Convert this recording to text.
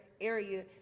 area